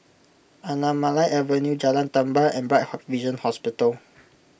Anamalai Avenue Jalan Tambur and Bright Vision Hospital